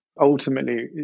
ultimately